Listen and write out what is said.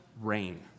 rain